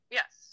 yes